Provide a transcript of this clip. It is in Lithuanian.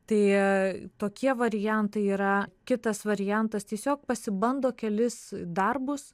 tai tokie variantai yra kitas variantas tiesiog pasibando kelis darbus